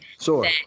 Sure